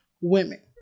women